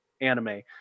anime